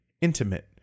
Intimate